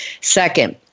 Second